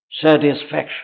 satisfaction